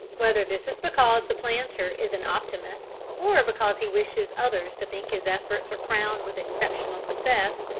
whether this is because the planter is an optimist or because he wishes others to think his efforts are crowned with exceptional success,